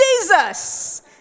Jesus